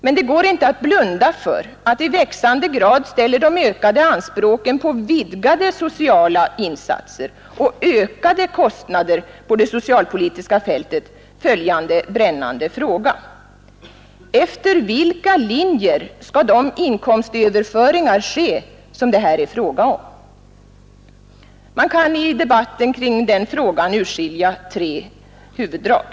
Men det går inte att blunda för att i växande grad ställer de ökade anspråken på vidgade sociala insatser och ökade kostnader på det socialpolitiska fältet följande brännande fråga: Efter vilka linjer skall de inkomstöverföringar ske som det här är fråga om? Man kan i debatten kring den frågan utrskilja tre huvuddrag.